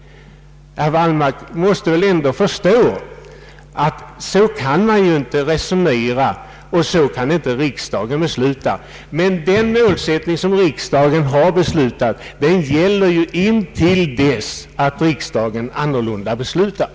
Herr Wallmark måste väl ändå förstå att så kan man inte resonera och så kan inte riksdagen besluta. Den målsättning som riksdagen har beslutat gäller emellertid intill dess att riksdagen annorlunda beslutar.